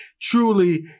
Truly